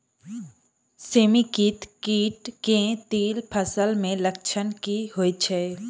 समेकित कीट केँ तिल फसल मे लक्षण की होइ छै?